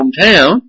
hometown